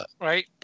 Right